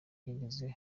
rwigeze